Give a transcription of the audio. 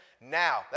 Now